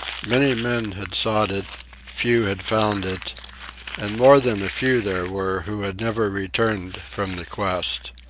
many men had sought it few had found it and more than a few there were who had never returned from the quest.